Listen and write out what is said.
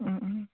उम उम